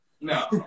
No